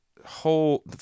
Whole